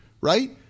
right